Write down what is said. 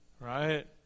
Right